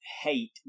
hate